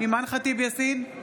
אימאן ח'טיב יאסין,